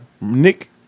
Nick